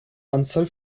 anzahl